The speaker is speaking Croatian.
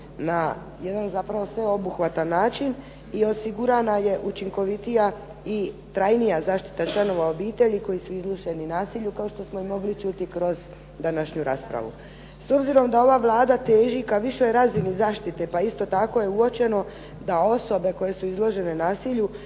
na jedan zapravo sveobuhvatan način i osigurana je učinkovitija i trajnija zaštita članova obitelji koji su izloženi nasilju kao što smo i mogli čuti kroz današnju raspravu. S obzirom da ova Vlada teži ka višoj razini zaštite, pa isto tako je uočeno da osobe koje su izložene nasilju